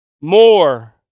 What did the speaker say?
more